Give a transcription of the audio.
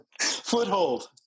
Foothold